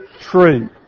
true